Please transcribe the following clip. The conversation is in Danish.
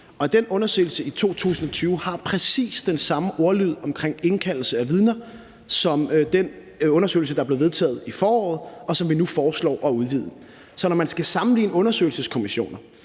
og undersøgelsen i 2020 har præcis den samme ordlyd omkring indkaldelse af vidner som den undersøgelse, der blev vedtaget i foråret, og som vi nu foreslår at udvide. Så når man skal sammenligne undersøgelseskommissioner,